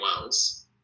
Wells